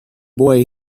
boy